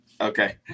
Okay